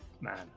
Man